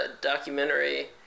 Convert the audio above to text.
documentary